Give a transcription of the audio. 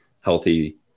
healthy